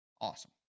Awesome